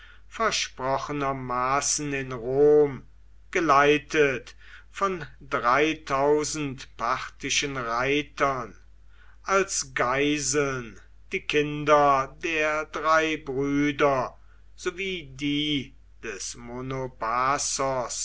versprochenermaßen in rom geleitet von dreitausend parthischen reitern als geiseln die kinder der drei brüder so wie die des